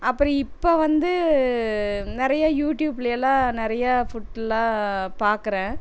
அப்புறம் இப்போ வந்து நிறையா யூடியூப்லலாம் நிறையா ஃபுட்லாம் பார்க்குறேன்